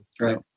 Right